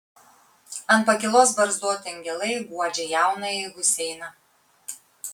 ant pakylos barzdoti angelai guodžia jaunąjį huseiną